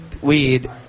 Weed